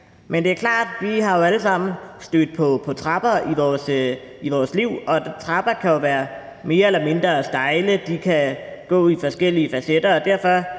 Men det er klart, vi alle sammen jo er stødt på trapper i vores liv, og trapper kan være mere eller mindre stejle, de kan gå i forskellige facetter,